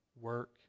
work